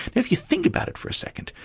if you think about it for a second,